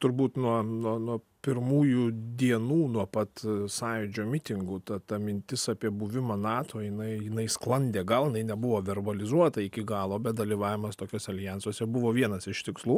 turbūt nuo nuo nuo pirmųjų dienų nuo pat sąjūdžio mitingų ta ta mintis apie buvimą nato jinai jinai sklandė gal jinai nebuvo verbalizuota iki galo bet dalyvavimas tokiuose aljansuose buvo vienas iš tikslų